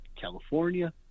California